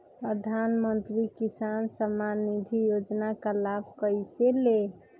प्रधानमंत्री किसान समान निधि योजना का लाभ कैसे ले?